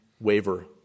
waver